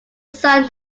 son